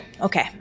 Okay